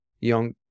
young